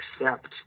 accept